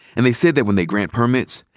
and they said that, when they grant permits,